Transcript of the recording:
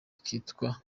kitwa